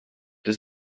does